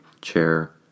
chair